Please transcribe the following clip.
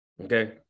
okay